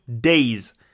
days